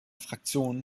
fraktion